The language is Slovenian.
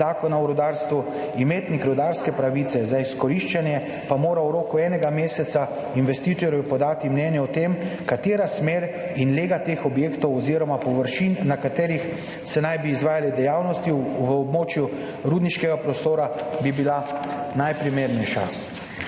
Zakona o rudarstvu, imetnik rudarske pravice za izkoriščanje pa mora v roku enega meseca investitorju podati mnenje o tem, katera smer in lega teh objektov oziroma površin, na katerih se naj bi izvajale dejavnosti v območju rudniškega prostora, bi bili najprimernejši.